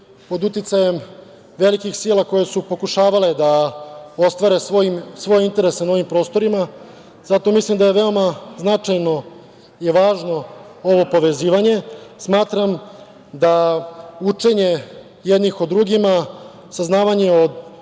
pod uticajem velikih sila koje su pokušavale da ostvare svoje interese na ovim prostorima. Zato mislim da je veoma značajno i važno ovo povezivanje. Smatram da učenje jednih o drugima, saznavanje o